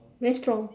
very strong